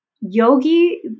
yogi